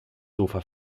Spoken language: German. sofa